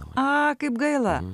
a kaip gaila